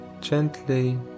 gently